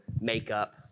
makeup